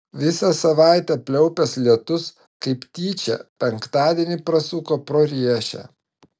visą savaitę pliaupęs lietus kaip tyčia penktadienį prasuko pro riešę